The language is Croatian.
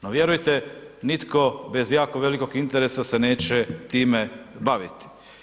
Pa vjerujte, nitko bez jako velikog interesa se neće time baviti.